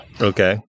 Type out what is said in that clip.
Okay